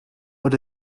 but